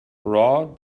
raw